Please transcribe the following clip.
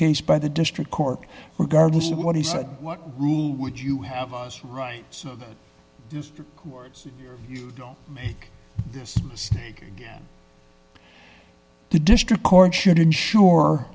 case by the district court regardless of what he said what rule would you have a right so just words make this mistake again the district court should ensure